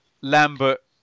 Lambert